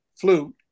flute